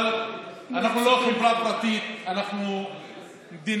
אבל אנחנו לא חברה פרטית, אנחנו מדינה.